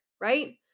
right